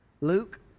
Luke